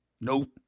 Nope